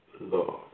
love